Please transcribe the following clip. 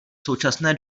současné